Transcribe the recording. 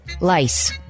lice